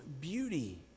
beauty